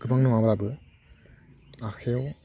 गोबां नङाब्लाबो आखाइआव